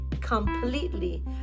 completely